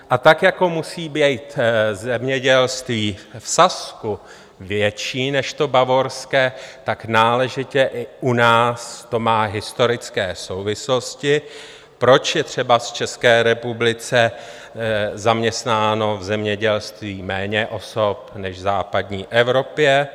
A tak jako musí být zemědělství v Sasku větší než to bavorské, tak náležitě i u nás to má historické souvislosti, proč je třeba v České republice zaměstnáno v zemědělství méně osob než v západní Evropě.